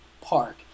park